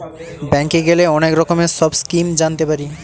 ব্যাঙ্কে গেলে অনেক রকমের সব স্কিম জানতে পারি